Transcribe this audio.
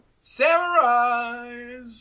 Samurai